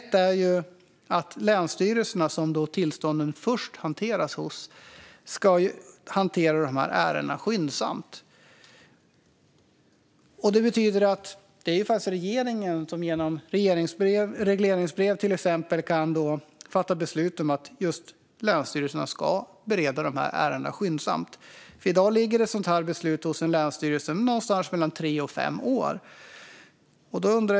Länsstyrelserna, som är första instans, ska hantera dessa ärenden skyndsamt, och regeringen kan i sitt regleringsbrev besluta att länsstyrelserna ska göra just det. I dag ligger sådana här beslut hos länsstyrelserna i tre till fem år.